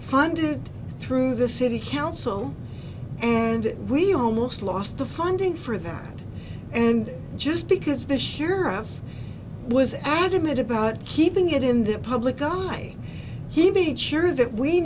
funded through the city council and we almost lost the funding for that and just because the sheriff was adamant about keeping it in the public eye he made sure that we